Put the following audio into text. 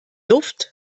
luft